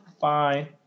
Bye